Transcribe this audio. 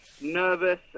nervous